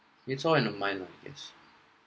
it's all in the mind lah its